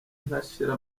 ntashira